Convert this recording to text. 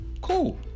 Cool